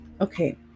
okay